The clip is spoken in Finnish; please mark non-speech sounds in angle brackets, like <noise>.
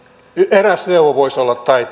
eräs neuvo voisi olla tai <unintelligible>